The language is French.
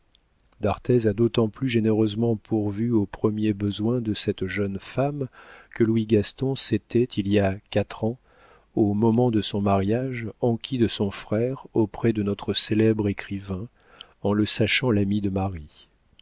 a d'autant plus généreusement pourvu aux premiers besoins de cette jeune femme que louis gaston s'était il y a quatre ans au moment de son mariage enquis de son frère auprès de notre célèbre écrivain en le sachant l'ami de marie